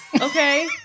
okay